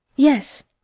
yes,